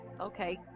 Okay